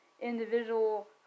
individual